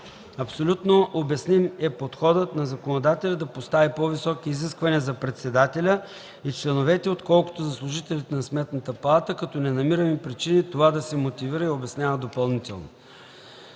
Абсолютно обясним е подходът на законодателя да постави по-високи изисквания за председателя и членовете отколкото за служителите на Сметната палата, като не намираме причини това да се мотивира и обяснява допълнително.